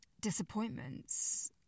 disappointments